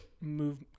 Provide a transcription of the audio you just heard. move